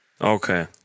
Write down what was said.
Okay